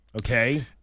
okay